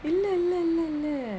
இல்ல இல்ல இல்லல்ல:illa illa illalla